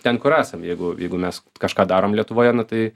ten kur esam jeigu jeigu mes t kažką darom lietuvoje nu tai